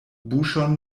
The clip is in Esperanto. buŝon